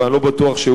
אבל אני לא בטוח שהוא,